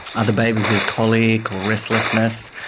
other babies with colic or restlessness,